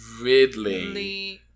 Ridley